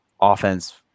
offense